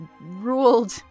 ruled